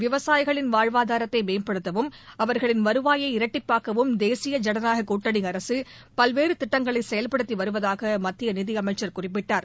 விவசாயிகளின் வாழ்வாதாரத்தை மேம்படுத்தவும் அவர்களின் வருவாயை இரட்டிப்பாக்கவும் தேசிய ஜனநாயகக் கூட்டணி அரசு பல்வேறு திட்டங்களை செயல்படுத்தி வருவதாக மத்திய நிதியமைச்சர் குறிப்பிட்டார்